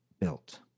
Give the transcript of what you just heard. built